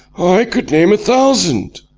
i could name a thousand.